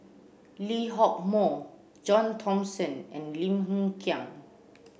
Lee Hock Moh John Thomson and Lim Hng Kiang